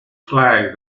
flag